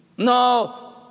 No